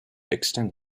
extend